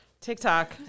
TikTok